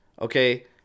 okay